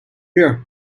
here